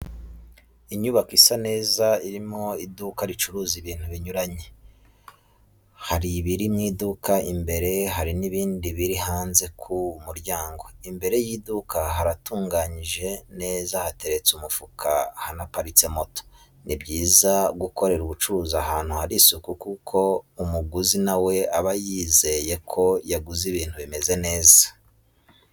inyubako isa neza irimo iduka ricuruza ibintu binyuranye, hari ibiri mu iduka, imbere hari n'ibindi biri hanze ku muryango, imbere y'iduka haratunganyije neza hateretse umufuka hanaparitse moto. Ni byiza gukorera ubucuruzi ahantu hari isuku kuko umuguzi nawe aba yizeye ko yaguze ibintu bimeze neza.